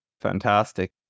Fantastic